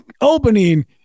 opening